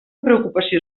preocupació